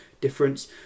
difference